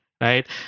right